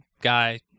guy